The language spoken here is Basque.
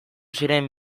ziren